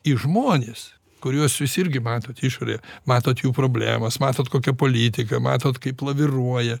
į žmones kuriuos jūs irgi matot išorę matot jų problemas matot kokia politika matot kaip laviruoja